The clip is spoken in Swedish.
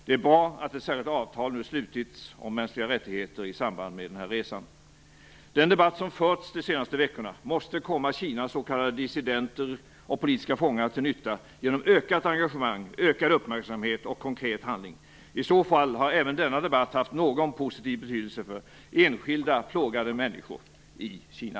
Det är bra att man i samband med denna resa har slutit ett särskilt avtal om mänskliga rättigheter. Den debatt som förts under de senaste veckorna måste komma Kinas s.k. dissidenter och politiska fångar till nytta genom ökat engagemang, ökad uppmärksamhet och konkret handling. I så fall har även denna debatt haft någon positiv betydelse för enskilda plågade människor i Kina.